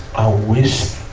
i wish